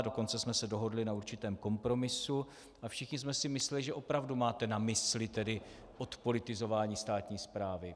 Dokonce jsme se dohodli na určitém kompromisu a všichni jsme si mysleli, že opravdu máte na mysli tedy odpolitizování státní správy.